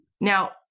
Now